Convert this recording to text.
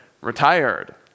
retired